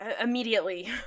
immediately